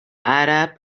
àrab